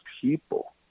people